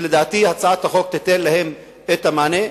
שלדעתי הצעת החוק תיתן להם את המענה.